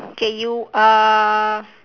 okay you uh